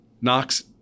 Knox